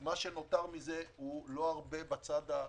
מה שנותר מזה הוא לא הרבה בצד הכלכלי.